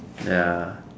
ya